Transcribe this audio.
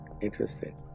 Interesting